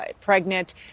pregnant